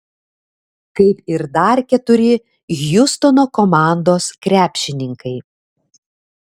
kaip ir dar keturi hjustono komandos krepšininkai